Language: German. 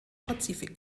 pazifik